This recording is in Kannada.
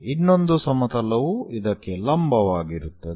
ಇನ್ನೊಂದು ಸಮತಲವು ಇದಕ್ಕೆ ಲಂಬವಾಗಿರುತ್ತದೆ